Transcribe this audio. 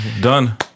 Done